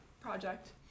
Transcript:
project